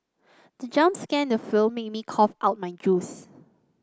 the jump scare the film made me cough out my juice